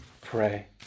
pray